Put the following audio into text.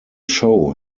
show